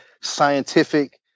scientific